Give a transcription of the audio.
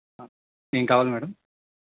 ఏం కావాలి మ్యాడమ్